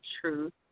truth